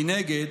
מנגד,